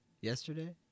Yesterday